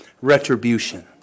retribution